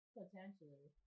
potentially